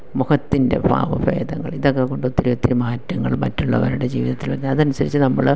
മുഖത്തിൻ്റെ ഭാവഭേദങ്ങൾ ഇതൊക്കെ കൊണ്ട് ഒത്തിരി ഒത്തിരി മാറ്റങ്ങൾ മറ്റുള്ളവരുടെ ജീവിതത്തിൽ വരുന്നു അതനുസരിച്ച് നമ്മൾ